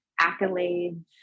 accolades